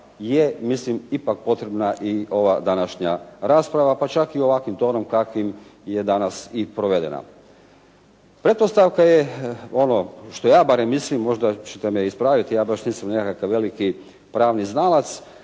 je mislim ipak potrebna i ova današnja rasprava, pa čak i ovakvim tonom kakvim je danas i provedena. Pretpostavka je, ono što ja barem mislim, možda ćete me ispraviti, ja baš nisam nekakav veliki pravni znalac